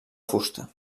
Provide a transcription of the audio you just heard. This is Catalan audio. fusta